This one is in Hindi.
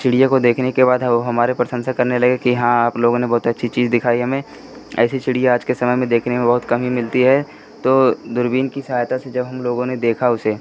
चिड़िया को देखने के बाद वह हमारी प्रशंसा करने लगे कि हाँ आप लोगों ने बहूत अच्छी चीज़ दिखाई हमें ऐसी चिड़िया आज के समय में देखने में बहुत कम ही मिलती है तो दूरबीन की सहायता से जब हमलोगों ने देखा उसे